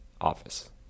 office